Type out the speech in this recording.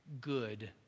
good